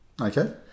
Okay